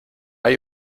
hay